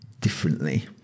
differently